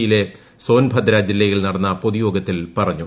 യിലെ സോൻഭദ്ര ജില്ലയിൽ നടന്ന പൊതുയോഗത്തിൽ പറഞ്ഞു